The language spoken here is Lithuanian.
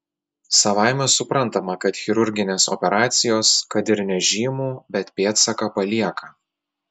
savaime suprantama kad chirurginės operacijos kad ir nežymų bet pėdsaką palieka